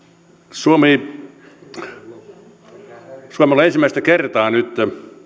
suomella on ensimmäistä kertaa nyt